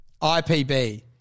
IPB